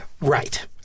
Right